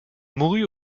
mourut